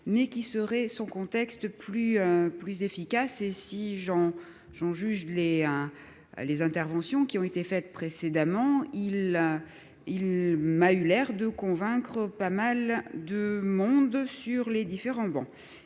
mais qui serait son contexte plus plus efficace et si j'en j'en juge les hein. Les interventions qui ont été faites précédemment, il a, il m'a eu l'air de convaincre, pas mal de monde sur les différents bancs